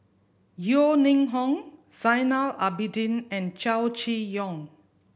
Yeo Ning Hong Zainal Abidin and Chow Chee Yong